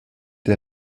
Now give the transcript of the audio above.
der